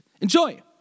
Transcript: Enjoy